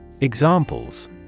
Examples